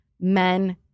men